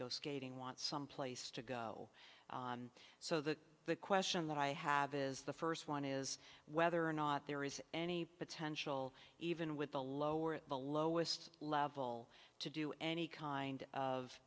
go skating want someplace to go so the question that i have is the first one is whether or not there is any potential even with the lower at the lowest level to do any kind of